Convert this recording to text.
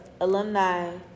alumni